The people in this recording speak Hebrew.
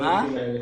בנושאים האלה.